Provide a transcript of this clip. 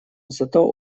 зато